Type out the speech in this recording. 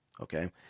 okay